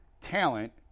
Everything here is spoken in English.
talent